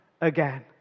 again